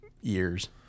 years